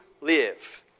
live